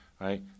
right